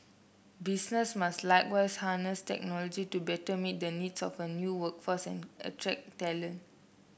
businesses must likewise harness technology to better meet the needs of a new workforce and attract talent